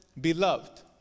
Beloved